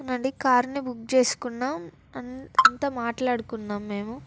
మళ్ళీ కారుని బుక్ చేసుకున్నాం అంతా మాట్లాడుకున్నాం మేము